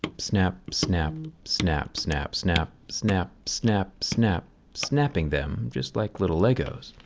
snap, snap, snap, snap, snap, snap, snap, snap, snapping them just like little legos.